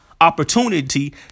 opportunity